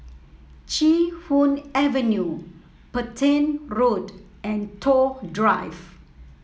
Chee Hoon Avenue Petain Road and Toh Drive